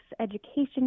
education